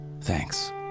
thanks